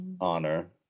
honor